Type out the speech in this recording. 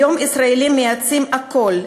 היום ישראלים מייצאים הכול,